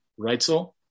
Reitzel